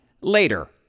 later